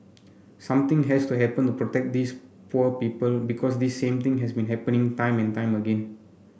something has to happen to protect these poor people because this same thing has been happening time and time again